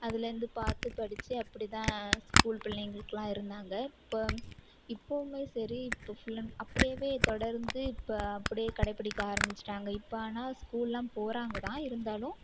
அதுலேருந்து பாத்து படித்து அப்படிதான் ஸ்கூல் பிள்ளைங்களுக்குல்லாம் இருந்தாங்க இப்போ இப்பவும் சரி இப்போ ஃபுல் அண்ட் ஃபுல் அப்படியே தொடர்ந்து இப்போ அப்படியே கடைப்பிடிக்க ஆரம்பிச்சுட்டாங்க இப்போ ஆனால் ஸ்கூலெல்லாம் போகிறாங்க தான் இருந்தாலும்